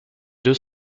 deux